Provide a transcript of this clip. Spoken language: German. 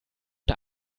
der